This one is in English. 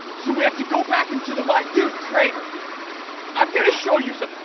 so we have to go back into the mind dude craner i'm going to show you something.